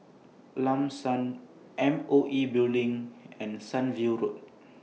Lam San M O E Building and Sunview Road